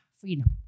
freedom